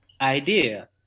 idea